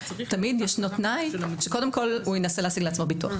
תמיד ישנו תנאי שקודם כול הוא ינסה להשיג לעצמו ביטוח.